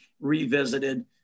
revisited